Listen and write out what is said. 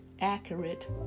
accurate